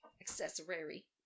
Accessory